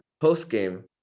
post-game